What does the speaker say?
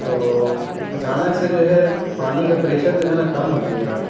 تو اچانک سے جو ہے پانی کا پریشر جو ہے نا کم ہو گیا یار